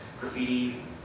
graffiti